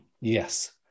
Yes